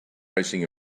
racing